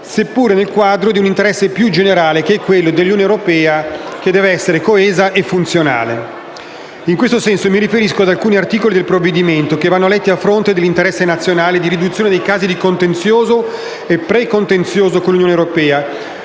seppur nel quadro di un interesse più generale, che è quello dell'Unione europea, che deve essere coesa e funzionale. In questo senso, mi riferisco ad alcuni articoli del provvedimento, che vanno letti a fronte dell'interesse nazionale di riduzione dei casi di contenzioso o precontenzioso con l'Unione europea,